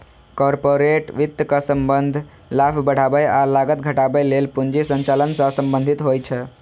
corporate वित्तक संबंध लाभ बढ़ाबै आ लागत घटाबै लेल पूंजी संचालन सं संबंधित होइ छै